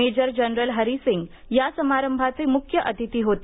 major general Harisingh या समारंभाचे मुख्य अतिथी होते